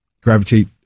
gravitate